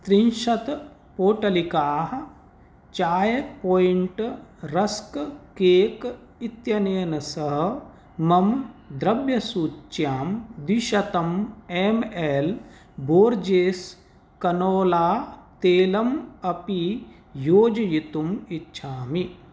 त्रिंशत् पोटलिकाः Chai Point rusk cake इत्यनेन सह मम द्रव्यसूच्यां द्विशतम् एम् एल् बोर्जेस् कनोला तैलम् अपि योजयितुम् इच्छामि